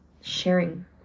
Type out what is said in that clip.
sharing